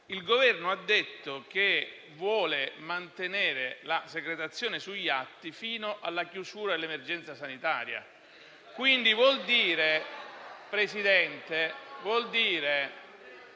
gli atti, ma ha detto che vuole mantenere la secretazione sugli atti fino alla chiusura dell'emergenza sanitaria.